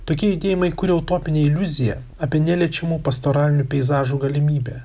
tokie judėjimai kuria utopinę iliuziją apie neliečiamų pastoralinių peizažų galimybę